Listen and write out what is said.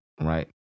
Right